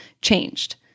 changed